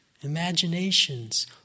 imaginations